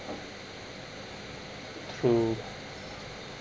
who